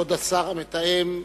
כבוד השר המתאם,